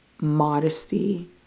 modesty